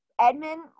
Edmund